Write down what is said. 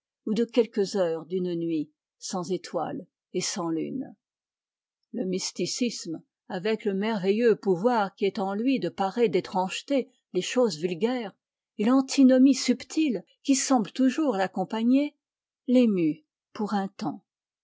ou de quelques heures d'une nuit sans étoiles et sans lune le mysticisme avec le merveilleux pouvoir qui est en lui de parer d'étrangeté les choses vulgaires et l'antinomie subtile qui semble toujours l'accompagner l'émut pour un temps